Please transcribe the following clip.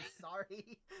sorry